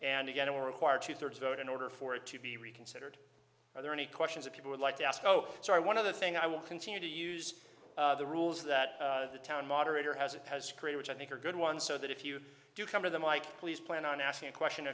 and again it will require two thirds vote in order for it to be reconsidered are there any questions that people would like to ask oh sorry one other thing i will continue to use the rules that the town moderator has it has create which i think are good ones so that if you do come to them like please plan on asking a question